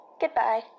Goodbye